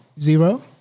Zero